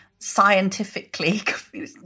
scientifically